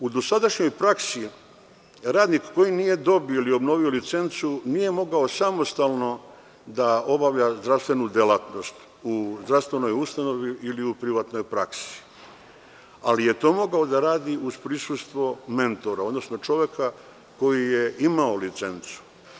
U dosadašnjoj praksi, radnik koji nije dobio ili obnovio licencu nije mogao samostalno da obavlja zdravstvenu delatnost u zdravstvenoj ustanovi ili u privatnoj praksi, ali je to mogao da radi uz prisustvo mentora, odnosno čoveka koji je imao licencu.